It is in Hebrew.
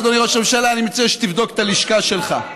אדוני ראש הממשלה, אני מציע שתבדוק את הלשכה שלך.